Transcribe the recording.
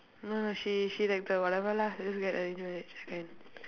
no lah she she like the whatever lah I just get engaged can